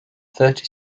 thirty